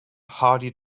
hardy